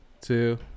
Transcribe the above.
two